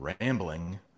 rambling